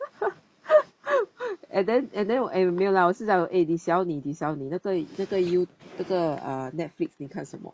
and then and then eh 没有 lah 我是 eh 你小妮你小妮那个那个 you 那个 uh Netflix 你看什么